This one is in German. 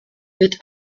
wird